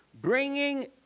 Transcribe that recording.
Bringing